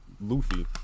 Luffy